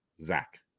zach